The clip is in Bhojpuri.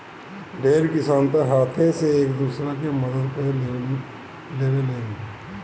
ढेर किसान तअ हाथे से एक दूसरा के मदद कअ लेवेलेन